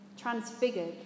transfigured